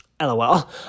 lol